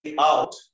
out